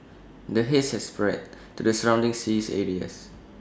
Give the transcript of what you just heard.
the haze has spread to the surrounding sea areas